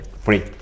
Free